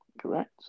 Correct